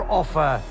offer